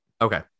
Okay